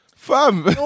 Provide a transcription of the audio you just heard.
Fam